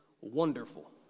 wonderful